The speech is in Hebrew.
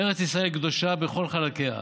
ארץ ישראל קדושה בכל חלקיה.